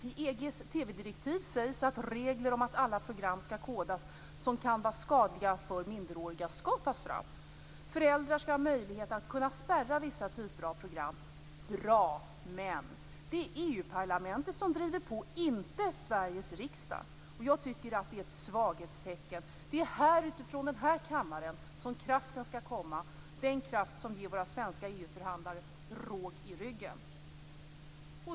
I EG:s TV-direktiv sägs att det skall tas fram regler om att alla program skall kodas som kan vara skadliga för minderåriga. Föräldrar skall ha möjlighet att spärra vissa typer av program. Det är bra, men det är ju EU-parlamentet som driver på, inte Sveriges riksdag. Jag tycker att det är ett svaghetstecken. Det är från den här kammaren som kraften skall komma, den kraft som ger våra svenska EU-förhandlare råg i ryggen.